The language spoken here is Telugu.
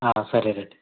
సరేనండి